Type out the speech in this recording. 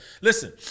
listen